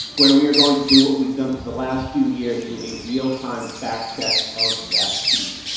where we are going to do what we've done for the last few years and do a real-time fact check of that speech.